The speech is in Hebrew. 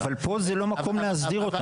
אבל, פה זה לא המקום להסדיר אותם.